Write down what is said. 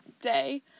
day